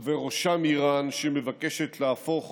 ובראשם איראן, שמבקשת להפוך